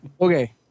Okay